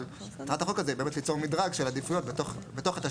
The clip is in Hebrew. אבל מטרת החוק הזה היא באמת ליצור מדרג של עדיפויות בתוך התשתיות.